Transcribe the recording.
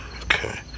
okay